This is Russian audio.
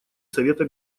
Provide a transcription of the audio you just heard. совета